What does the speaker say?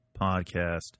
podcast